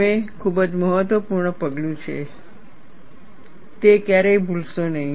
તે ખૂબ જ મહત્વપૂર્ણ પગલું છે તે ક્યારેય ભૂલશો નહીં